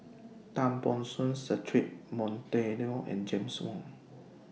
Tan Ban Soon Cedric Monteiro and James Wong